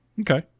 Okay